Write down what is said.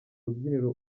rubyiniro